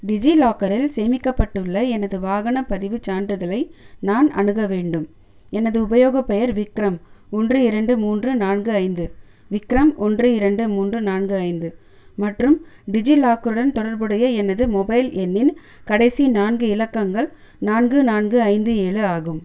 டிஜிலாக்கரில் சேமிக்கப்பட்டுள்ள எனது வாகனப் பதிவுச் சான்றிதழை நான் அணுக வேண்டும் எனது உபயோகப் பெயர் விக்ரம் ஒன்று இரண்டு மூன்று நான்கு ஐந்து விக்ரம் ஒன்று இரண்டு மூன்று நான்கு ஐந்து மற்றும் டிஜிலாக்கருடன் தொடர்புடைய எனது மொபைல் எண்ணின் கடைசி நான்கு இலக்கங்கள் நான்கு நான்கு ஐந்து ஏழு ஆகும்